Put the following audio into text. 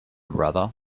brother